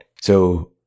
So-